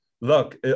look